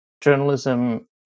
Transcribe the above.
journalism